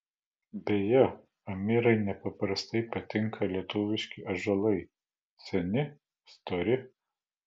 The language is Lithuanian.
beje amirai nepaprastai patinka lietuviški ąžuolai seni stori